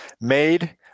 made